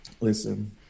listen